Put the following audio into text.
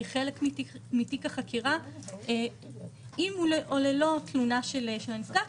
היא חלק מתיק החקירה עם או ללא תלונה של הנפגעת.